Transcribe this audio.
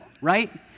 right